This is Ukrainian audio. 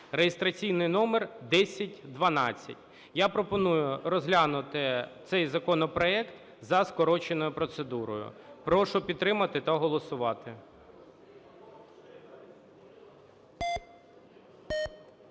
(реєстраційний номер 1012). Я пропоную розглянути цей законопроект за скороченою процедурою. Прошу підтримати та голосувати.